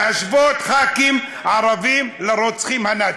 להשוות ח"כים ערבים לרוצחים הנאצים.